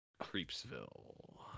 Creepsville